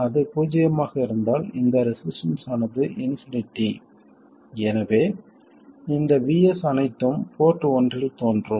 அது பூஜ்ஜியமாக இருந்தால் இந்த ரெசிஸ்டன்ஸ் ஆனது இன்பினிட்டி எனவே இந்த VS அனைத்தும் போர்ட் ஒன்றில் தோன்றும்